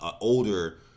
older